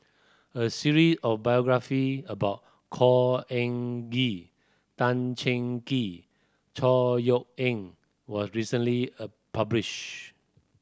a of biography about Khor Ean Ghee Tan Cheng Kee Chor Yeok Eng was recently published